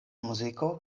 muziko